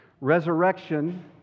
Resurrection